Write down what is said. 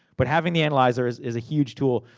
but having the analyzer, is is a huge tool.